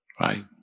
right